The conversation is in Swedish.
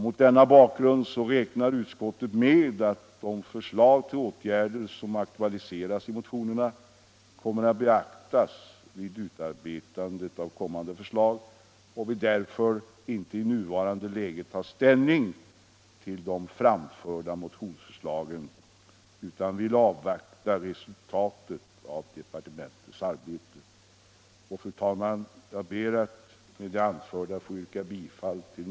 Mot denna bakgrund räknar utskottet med att de förslag till åtgärder som aktualiseras i motionerna kommer att beaktas vid utarbetandet av kommande förslag. Utskottet vill därför inte i nuvarande läge ta ställning till de framförda motionsförslagen utan avvakta resultatet av departementets arbete. Fru talman! Jag ber att med det anförda få yrka bifall ti.